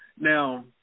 Now